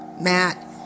Matt